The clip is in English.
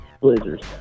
Blazers